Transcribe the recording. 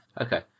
okay